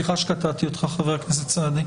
סליחה שקטעתי אותך, חבר הכנסת סעדי.